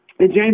James